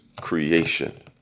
creation